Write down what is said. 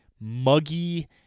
muggy